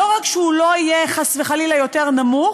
לא רק שהוא לא יהיה חס וחלילה יותר נמוך,